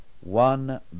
One